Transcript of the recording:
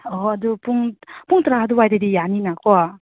ꯑꯣꯍꯣ ꯑꯗꯨ ꯄꯨꯡ ꯄꯨꯡ ꯇꯔꯥ ꯑꯗꯨꯋꯥꯏꯗꯗꯤ ꯌꯥꯅꯤꯅꯀꯣ